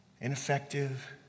ineffective